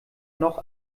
noch